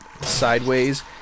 sideways